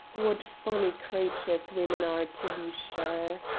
what funny creatures women are, to be sure!